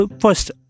First